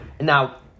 now